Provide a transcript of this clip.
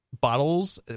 bottles